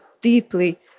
deeply